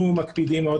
אנחנו מקפידים מאוד,